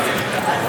מזה.